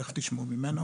תכף תשמעו ממנו